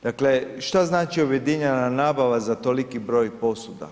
Dakle šta znači objedinjena nabava za toliki broj posuda?